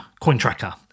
Cointracker